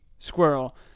squirrel